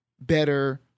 better